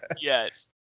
yes